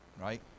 Right